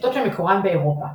שיטות שמקורן באירופה,